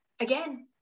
again